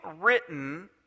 written